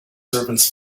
servants